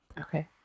okay